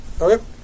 okay